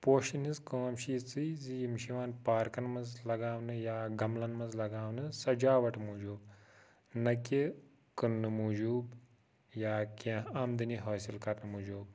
پوشَن ہِنٛز کٲم چھِ یِژٕے زِ یِم چھِ یِوان پارکَن منٛز لَگاونہٕ یا گَملَن منٛز لَگاونہٕ سَجاوَٹ موٗجوٗب نَہ کہِ کٕنٛنہٕ موٗجوٗب یا کیٚنٛہہ آمدٔنی حٲصِل کَرنہٕ موٗجوٗب